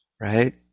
right